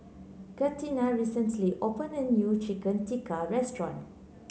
Catina recently opened a new Chicken Tikka restaurant